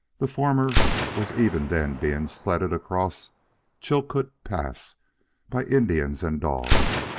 the former was even then being sledded across chilcoot pass by indians and dogs,